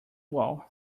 wall